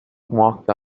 walked